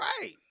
Right